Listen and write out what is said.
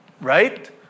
Right